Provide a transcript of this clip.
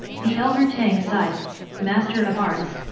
the elder tang sighed master of arts,